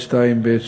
(2)(ב),